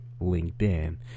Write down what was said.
LinkedIn